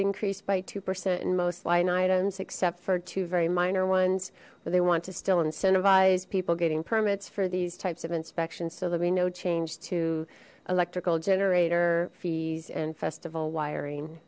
increase by two percent in most line items except for two very minor ones or they want to still incentivize people getting permits for these types of inspections so there'll be no change to electrical generator fees and festival wiring